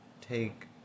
take